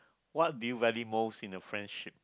what do you value most in a friendship